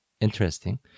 interesting